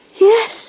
Yes